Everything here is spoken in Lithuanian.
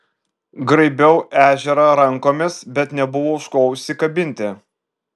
graibiau ežerą rankomis bet nebuvo už ko užsikabinti